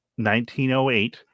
1908